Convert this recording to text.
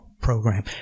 program